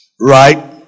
Right